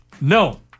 No